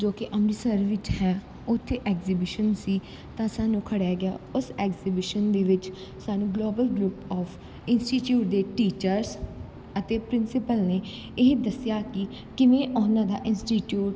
ਜੋ ਕਿ ਅੰਮ੍ਰਿਤਸਰ ਵਿੱਚ ਹੈ ਉੱਥੇ ਐਗਜੀਬਿਸ਼ਨ ਸੀ ਤਾਂ ਸਾਨੂੰ ਖੜਿਆ ਗਿਆ ਉਸ ਐਗਜੀਬਿਸ਼ਨ ਦੇ ਵਿੱਚ ਸਾਨੂੰ ਗਲੋਬਲ ਗਰੁੱਪ ਆਫ ਇੰਸਟੀਟਿਊਟ ਦੇ ਟੀਚਰਸ ਅਤੇ ਪ੍ਰਿੰਸੀਪਲ ਨੇ ਇਹ ਦੱਸਿਆ ਕਿ ਕਿਵੇਂ ਉਹਨਾਂ ਦਾ ਇੰਸਟੀਟਿਊਟ